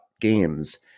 games